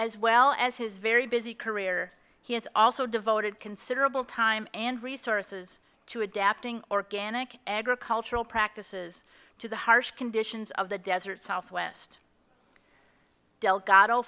as well as his very busy career he has also devoted considerable time and resources to adapting organic agricultural practices to the harsh conditions of the desert southwest del